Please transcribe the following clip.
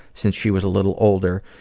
since she was a little older,